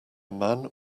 man